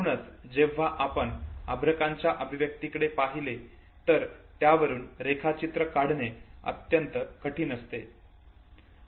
म्हणूनच जेव्हा आपण अर्भकांच्या अभिव्यक्तीकडे पहिले तर त्यावरून रेखाचित्र काढणे अत्यंत कठीण असते